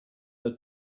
her